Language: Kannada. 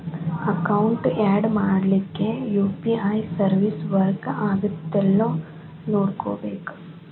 ಅಕೌಂಟ್ ಯಾಡ್ ಮಾಡ್ಲಿಕ್ಕೆ ಯು.ಪಿ.ಐ ಸರ್ವಿಸ್ ವರ್ಕ್ ಆಗತ್ತೇಲ್ಲೋ ನೋಡ್ಕೋಬೇಕ್